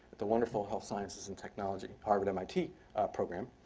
at the wonderful health sciences and technology harvard mit program.